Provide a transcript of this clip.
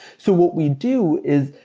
so what we do is,